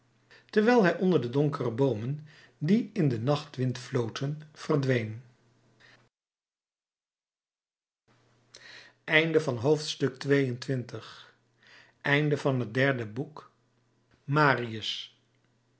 terwijl hij onder de donkere boomen die in den nachtwind floten verdween